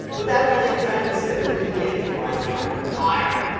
but that playing time and steadily began to rise higher and higher.